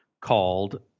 called